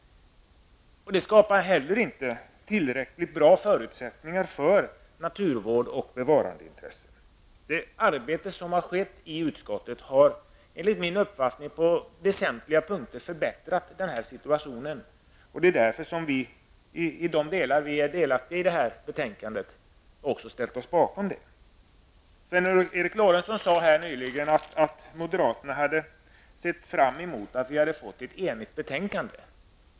Förslaget skapar inte heller tillräckligt bra förutsättningar för naturvård och bevarandeintressen. Det arbete som har gjorts i utskottet har enligt min uppfattning på väsentliga punkter förbättrat situationen. Det är därför som vi i centern i de delar där vi är delaktiga i betänkandet har ställt oss bakom förslaget. Sven Eric Lorentzon sade nyss att moderaterna hade sett fram emot att betänkandet hade varit enhäligt.